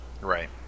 Right